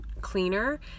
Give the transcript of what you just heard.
cleaner